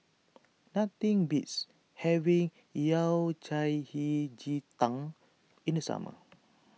nothing beats having Yao Cai Hei Ji Tang in the summer